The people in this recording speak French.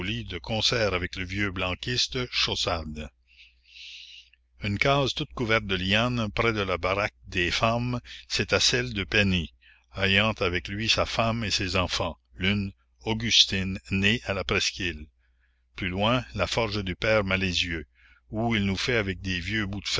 de concert avec le vieux blanquiste chaussade une case toute couverte de lianes près de la baraque des femmes c'était celle de penny ayant avec lui sa femme et ses enfants l'une augustine née à la presqu'île la commune plus loin la forge du père malezieux où il nous fait avec des vieux